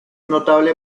notable